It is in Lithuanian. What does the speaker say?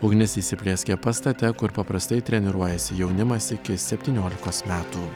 ugnis įsiplieskė pastate kur paprastai treniruojasi jaunimas iki septyniolikos metų